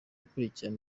akurikirana